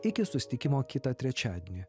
iki susitikimo kitą trečiadienį